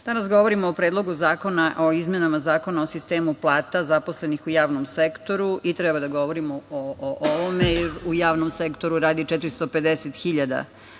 zakona o izmenama Zakona o sistemu plata zaposlenih u javnom sektoru i treba da govorimo o ovome.U javnom sektoru radi 450